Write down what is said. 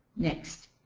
next.